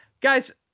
guys